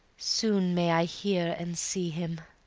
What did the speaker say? soon may i hear and see him!